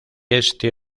este